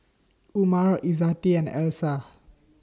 Umar Izzati and Alyssa